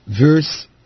verse